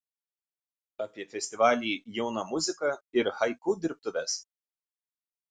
apie festivalį jauna muzika ir haiku dirbtuves